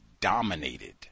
dominated